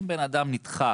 אם בן אדם נדחה